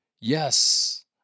yes